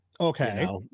Okay